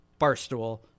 barstool